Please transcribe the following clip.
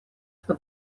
что